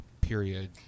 period